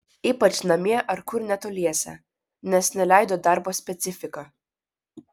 ypač namie ar kur netoliese nes neleido darbo specifika